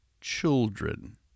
children